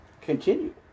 continue